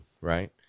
right